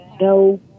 no